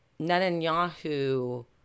Netanyahu